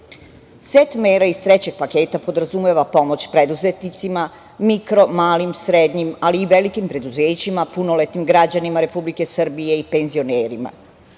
mera iz trećeg paketa podrazumeva pomoć preduzetnicima, mikro, malim, srednjim, ali i velikim preduzećima, punoletnim građanima Republike Srbije i penzionerima.